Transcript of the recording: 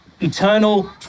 eternal